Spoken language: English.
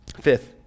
Fifth